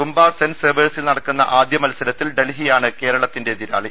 തുമ്പ saint സേവേഴ്സിൽ നടക്കുന്ന ആദ്യ മൽസരത്തിൽ ഡൽഹിയാണ് കേരളത്തിന്റെ എതിരാളി